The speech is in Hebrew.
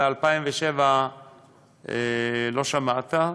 מ-2007 לא שמעת,